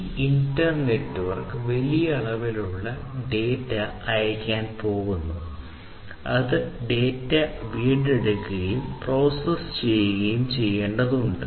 ഈ internetwork വലിയ അളവിലുള്ള ഡാറ്റ അയയ്ക്കാൻ പോകുന്നു അത് ഡാറ്റ വീണ്ടെടുക്കുകയും പ്രോസസ്സ് ചെയ്യേണ്ടതും ഉണ്ട്